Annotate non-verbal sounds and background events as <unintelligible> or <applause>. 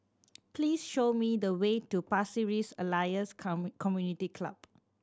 please show me the way to Pasir Ris Elias <unintelligible> Community Club